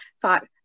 thought